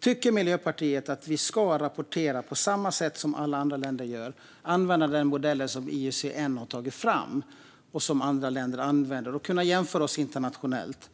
Tycker Miljöpartiet att vi ska rapportera på samma sätt som alla andra länder gör och använda den modell som IUCN har tagit fram och som andra länder använder så att vi kan jämföra oss internationellt?